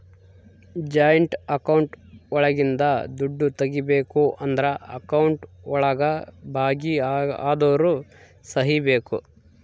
joint account ಒಳಗಿಂದ ದುಡ್ಡು ತಗೋಬೇಕು ಅಂದ್ರು ಅಕೌಂಟ್ ಒಳಗ ಭಾಗಿ ಅದೋರ್ ಸಹಿ ಬೇಕು